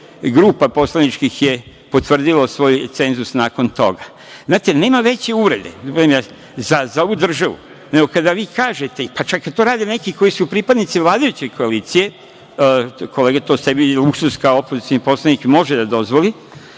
više poslaničkih grupa potvrdilo svoj cenzus nakon toga. Znate, nema veće uvrede za ovu državu nego kada vi kažete, čak i kada to rade neki koji su pripadnici vladajuće koalicije, kolega to sebi luksuz kao opozicioni poslanik može da dozvoli,